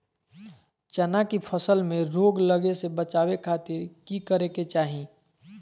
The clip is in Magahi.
चना की फसल में रोग लगे से बचावे खातिर की करे के चाही?